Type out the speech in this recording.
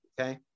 okay